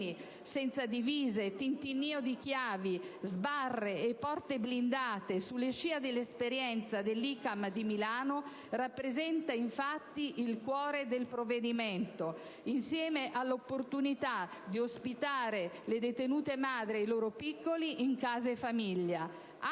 senza divise, tintinnio di chiavi, sbarre e porte blindate, sulla scia dell'esperienza dell'ICAM di Milano, rappresenta, infatti, il cuore del provvedimento, insieme all'opportunità di ospitare le detenute madri e i loro piccoli in case famiglia.